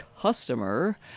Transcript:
customer